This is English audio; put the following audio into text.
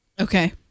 Okay